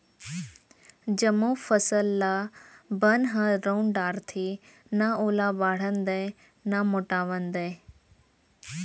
जमो फसल ल बन ह रउंद डारथे, न ओला बाढ़न दय न मोटावन दय